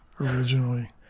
originally